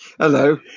Hello